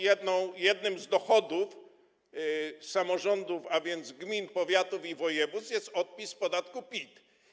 Jednym z dochodów samorządów, a więc gmin, powiatów i województw, jest odpis z podatku PIT.